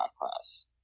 class